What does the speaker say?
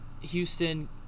Houston